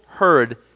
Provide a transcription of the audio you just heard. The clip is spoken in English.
heard